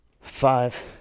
five